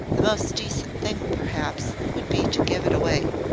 the most decent thing, perhaps, would be to give it away.